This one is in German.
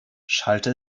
schallte